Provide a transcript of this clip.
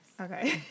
Okay